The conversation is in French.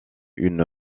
une